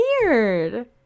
weird